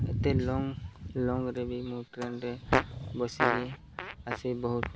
ଏତେ ଲଙ୍ଗ ଲଙ୍ଗରେ ବି ମୁଁ ଟ୍ରେନରେ ବସିକି ଆସି ବହୁତ